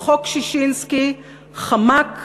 בחוק ששינסקי חמק